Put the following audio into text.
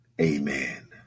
Amen